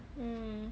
mm